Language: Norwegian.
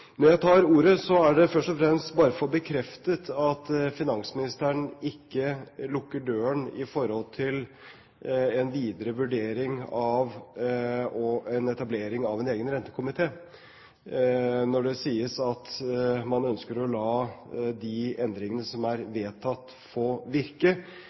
Når jeg tar ordet, er det først og fremst bare for å få bekreftet at finansministeren ikke lukker døren for en videre vurdering og en etablering av en egen rentekomité. Når det sies at man ønsker å la de endringene som er vedtatt, få virke,